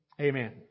Amen